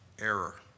error